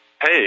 Hey